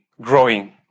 growing